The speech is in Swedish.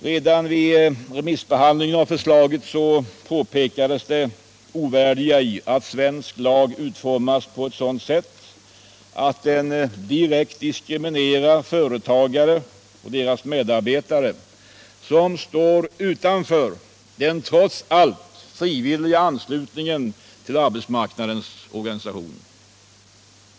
Redan vid remissbehandlingen av lagförslaget påpekades det ovärdiga i att svensk lag utformas på ett sådant sätt, att den direkt diskriminerar företagare och deras medarbetare som står utanför den trots allt frivilliga anslutningen till arbetsmarknadens organisationer.